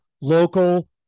Local